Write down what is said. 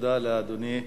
תודה לאדוני.